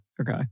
Okay